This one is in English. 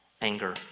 anger